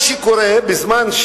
מה שקורה בזמן,